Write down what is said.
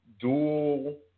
dual